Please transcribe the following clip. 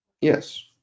Yes